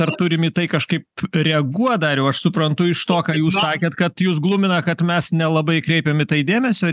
ar turime į tai kažkaip reaguot dariau aš suprantu iš to ką jūs sakėt kad jus glumina kad mes nelabai kreipiam į tai dėmesio